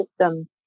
system